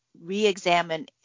re-examine